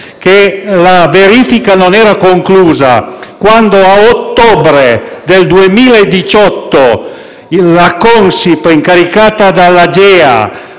che la verifica non era conclusa, quando a ottobre del 2018 la Consip, incaricata dall'Agenzia